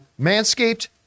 Manscaped